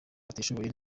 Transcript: batishoboye